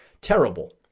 terrible